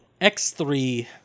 X3